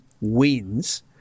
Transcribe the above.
wins